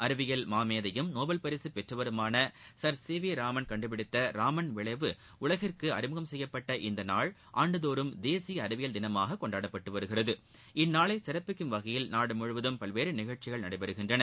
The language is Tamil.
அறிவியல் மாமேதையும் நோபல் பரிசு பெற்றவருமான சள் சி வி ராமன் கண்டுபிடித்த ராமன் விளைவு உலகிற்கு அறிமுகம் செய்யப்பட்ட இந்த நாள் ஆண்டுதோறும் தேசிய அறிவியல் தினமாக கொண்டாடப்பட்டு வருகிறது இந்நாளை சிறப்பிக்கும் வகையில் நாடு முழுவதும் பல்வேறு நிகழ்ச்சிகள் நடைபெறுகின்றன